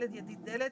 ידית דלת.